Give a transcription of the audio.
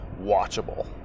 watchable